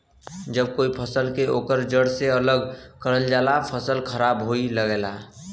जब कोई फसल के ओकरे जड़ से अलग करल जाला फसल खराब होये लगला